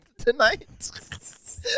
tonight